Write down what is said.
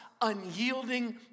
unyielding